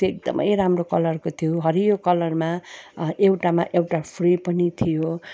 त्यो एकदमै राम्रो कलरको थियो हरियो कलरमा एउटामा एउटा फ्री पनि थियो